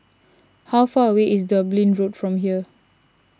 how far away is Dublin Road from here